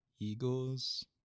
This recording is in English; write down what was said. Eagles